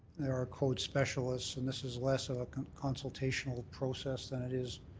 there are code specialists, and this is less of a consultational process than it is